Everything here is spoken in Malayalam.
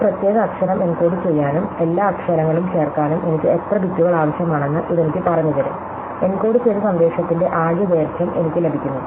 ആ പ്രത്യേക അക്ഷരം എൻകോഡുചെയ്യാനും എല്ലാ അക്ഷരങ്ങളും ചേർക്കാനും എനിക്ക് എത്ര ബിറ്റുകൾ ആവശ്യമാണെന്ന് ഇത് എനിക്ക് പറഞ്ഞു തരും എൻകോഡുചെയ്ത സന്ദേശത്തിന്റെ ആകെ ദൈർഘ്യം എനിക്ക് ലഭിക്കുന്നു